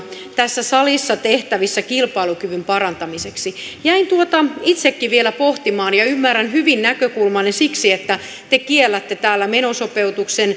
tässä salissa tehtävissä kilpailukyvyn parantamiseksi jäin tuota itsekin vielä pohtimaan ja ymmärrän hyvin näkökulmanne siksi että te kiellätte täällä menosopeutuksen